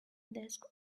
desk